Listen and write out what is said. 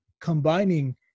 combining